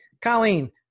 Colleen